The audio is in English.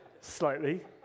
slightly